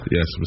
Yes